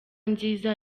nziza